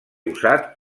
usat